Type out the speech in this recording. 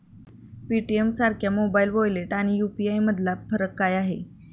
पेटीएमसारख्या mobile wallet आणि UPI यामधला फरक काय आहे?